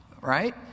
right